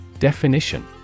Definition